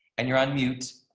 and your unmute